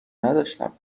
نداشتم